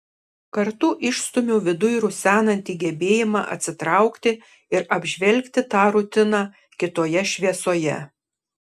kartu išstumiu viduj rusenantį gebėjimą atsitraukti ir apžvelgti tą rutiną kitoje šviesoje